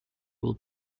will